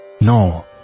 No